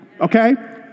okay